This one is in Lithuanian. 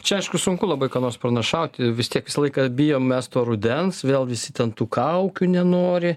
čia aišku sunku labai ką nors pranašauti vis tiek visą laiką bijom mes to rudens vėl visi ten tų kaukių nenori